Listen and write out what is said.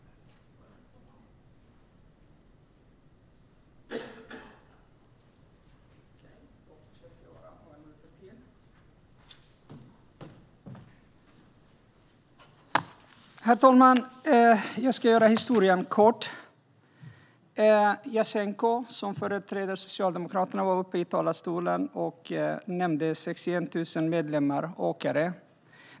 Herr ålderspresident! Jag ska hålla mig kort. Jasenko Omanovic som företräder Socialdemokraterna talade i talarstolen om 61 000 medlemmar som är åkare.